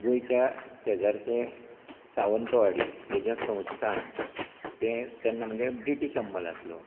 गोंयच्या शेजारचे सावंतवाडी हेज्या संवस्थान तें तेन्ना म्हणजे ब्रिटीश अंबल आसलो